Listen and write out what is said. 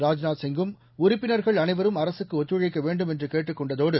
ராஜ்நாத் சிங்கும் உறுப்பினர்கள் அளைவரும் அரசுக்கு ஒத்துழைக்க வேண்டும் என்று கேட்டுக் கொண்டதோடு